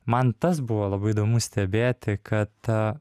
man tas buvo labai įdomu stebėti kad